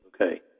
okay